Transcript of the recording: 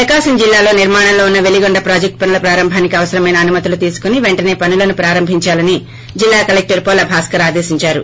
ప్రకాశం జిల్లాలో నిర్మాణంలో ఉన్న పెలిగొండ ప్రాజెక్లు పనుల ప్రారంభానికి అవసరమైన అనుమతులు తీసుకుని పెంటసే పనులను ప్రారంభిందాలని జిల్లా కలెక్టర్ పోల భాస్కర్ ఆదేశిందారు